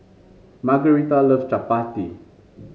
Margarita loves Chapati